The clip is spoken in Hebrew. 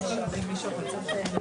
הוועדה סיימה את ההפסקה שנכפתה